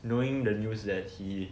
knowing the news that he